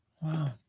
Wow